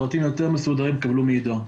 פרטים יותר מסודרים תקבלו מעידו.